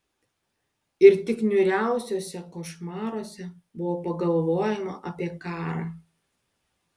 ir tik niūriausiuose košmaruose buvo pagalvojama apie karą